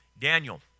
Daniel